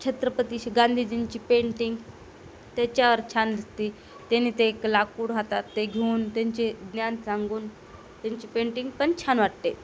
छत्रपतीशी गांधीजींची पेंटिंग त्याच्यावर छान दिसते त्यांनी ते एक लाकूड हातात ते घेऊन त्यांचे ज्ञान सांगून त्यांची पेंटिंग पण छान वाटते